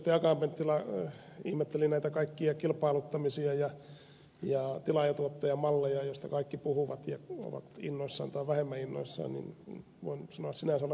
akaan penttilä ihmetteli näitä kaikkia kilpailuttamisia ja tilaajatuottaja malleja joista kaikki puhuvat ja ovat innoissaan tai vähemmän innoissaan niin voin sanoa sinänsä olevani samaa mieltä